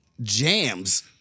jams